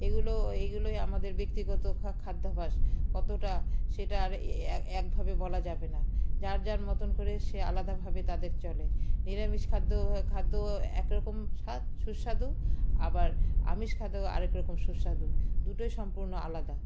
এগুলো এইগুলোই আমাদের ব্যক্তিগত খাদ্যাভাস কতটা সেটা আর একভাবে বলা যাবে না যার যার মতন করে সে আলাদাভাবে তাদের চলে নিরামিষ খাদ্য খাদ্য একরকম সুস্বাদু আবার আমিষ খাদ্য আরেক রকম সুস্বাদু দুটোই সম্পূর্ণ আলাদা